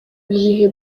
bihe